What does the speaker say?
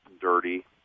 dirty